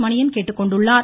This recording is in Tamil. மணியன் கேட்டுக்கொண்டுள்ளார்